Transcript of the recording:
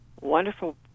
Wonderful